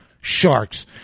sharks